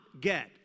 get